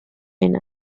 line